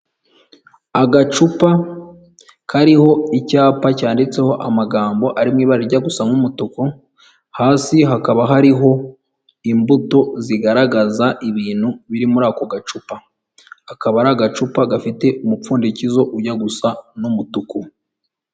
Agacupa kariho icyapa cyanditseho amagambo arimo ibara rijya gusa nk'umutuku, hasi hakaba hariho imbuto zigaragaza ibintu biri muri ako gacupa, akaba ari agacupa gafite umupfundikizo ujya gusa nk'umutuku.